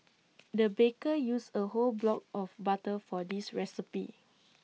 the baker used A whole block of butter for this recipe